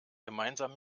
gemeinsam